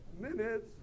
minutes